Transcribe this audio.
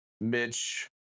Mitch